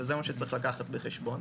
וזה מה שצריך לקחת בחשבון.